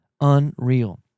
unreal